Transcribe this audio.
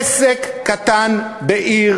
עסק קטן בעיר,